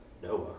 Noah